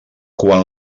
quan